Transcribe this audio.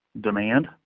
demand